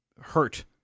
hurt